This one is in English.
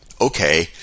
okay